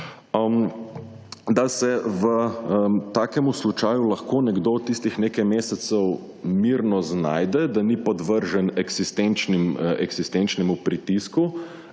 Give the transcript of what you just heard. da se v takem slučaju lahko nekdo tistih nekaj mesecev mirno znajde, da ni podvržen eksistenčnemu pritisku